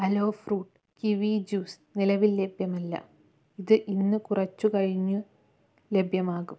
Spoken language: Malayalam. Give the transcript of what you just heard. അലോ ഫ്രൂട്ട് കിവി ജ്യൂസ് നിലവിൽ ലഭ്യമല്ല ഇത് ഇന്ന് കുറച്ചു കഴിഞ്ഞു ലഭ്യമാകും